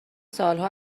سالها